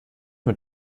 mit